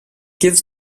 gives